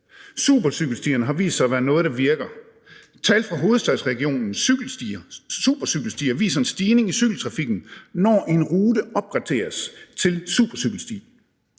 Supercykelstierne har vist sig at være noget, der virker. Tal fra hovedstadsregionens supercykelstier viser en stigning i cykeltrafikken, når en rute opgraderes til supercykelsti.